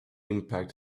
impact